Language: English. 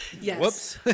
yes